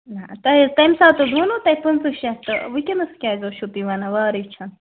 نا تۄہے تَمہِ ساتہٕ حظ ووٚنوٕ تۄہہِ پٍنٛژٕہ شیٚتھ تہٕ وُنکیٚنس کیٛازِ حظ چھِ تُہۍ ونان وارٕے چھُنہٕ